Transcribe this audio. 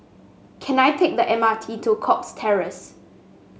can I take the M R T to Cox Terrace